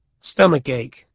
Stomachache